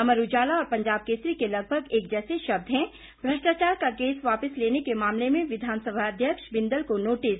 अमर उजाला और पंजाब केसरी के लगभग एक जैसे शब्द हैं भ्रष्टाचार का केस वापिस लेने के मामले में विधानसभा अध्यक्ष बिंदल को नोटिस